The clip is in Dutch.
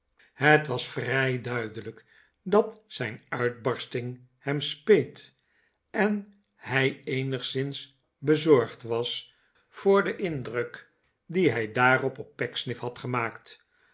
het was vrij duidelijk dat zijn uitbarsting hem speet en hij eenigszins bezorgd was voor den indruk dien hij daardoor op pecksniff had gemaakt